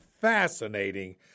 fascinating